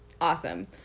Awesome